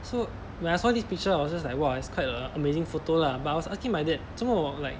so when I saw this picture I was just like !wah! it's quite a amazing photo lah but I was asking my dad 做么 like